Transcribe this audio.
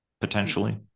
potentially